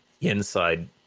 inside